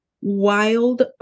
wild